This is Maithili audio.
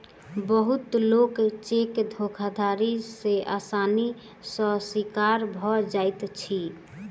बहुत लोक चेक धोखाधड़ी के आसानी सॅ शिकार भ जाइत अछि